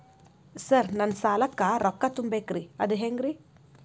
Sir ನನ್ನ ಸಾಲಕ್ಕ ರೊಕ್ಕ ತುಂಬೇಕ್ರಿ ಅದು ಹೆಂಗ್ರಿ?